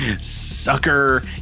Sucker